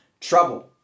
trouble